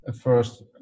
first